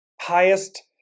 highest